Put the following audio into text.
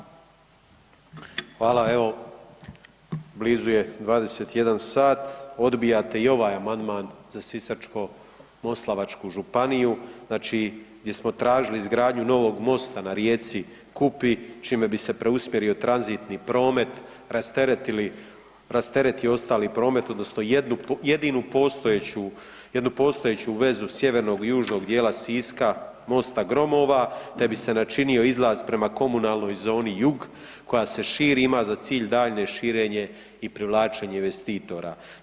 Evo blizu je 21 sat, odbijate i ovaj amandman za Sisačko-moslavačku županiju, znači gdje smo tražili novog mosta na rijeci Kupi čime bi se preusmjerio tranzitni promet, rasteretili, rasteretio ostali promet odnosno jedinu postojeću, jednu postojeću vezu sjevernog i južnog dijela Siska, mosta gromova, te bi se načinio izlaz prema komunalnoj zoni jug koja se širi i ima za cilj daljnje širenje i privlačenje investitora.